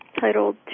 titled